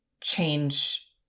change